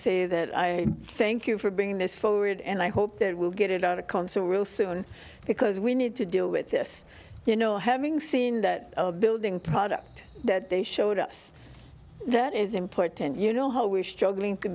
say that i thank you for bringing this forward and i hope that we'll get it out of concert real soon because we need to deal with this you know having seen that building product that they showed us that is important you know how we're struggling